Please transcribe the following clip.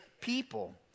people